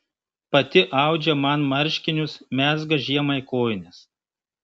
pati audžia man marškinius mezga žiemai kojines